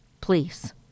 please